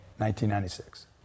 1996